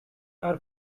are